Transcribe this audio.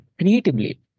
creatively